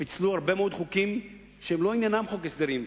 ופיצלו הרבה מאוד חוקים שאין להם מקום בחוק ההסדרים.